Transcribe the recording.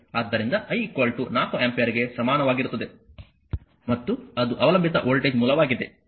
ಆದ್ದರಿಂದ I 4 ಆಂಪಿಯರ್ಗೆ ಸಮಾನವಾಗಿರುತ್ತದೆ ಮತ್ತು ಅದು ಅವಲಂಬಿತ ವೋಲ್ಟೇಜ್ ಮೂಲವಾಗಿದೆ